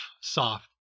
soft